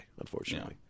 unfortunately